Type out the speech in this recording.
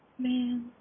man